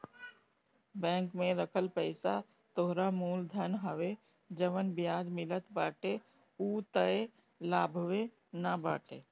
bank में रखल पईसा तोहरा मूल धन हवे जवन बियाज मिलत बाटे उ तअ लाभवे न बाटे